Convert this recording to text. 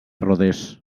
rodés